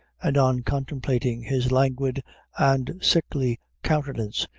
and, on contemplating his languid and sickly countenance,